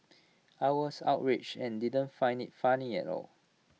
I was outraged and didn't find IT funny at all